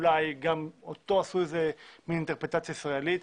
וגם ממנו עשו מין אינטרפרטציה ישראלית.